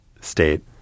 state